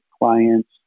clients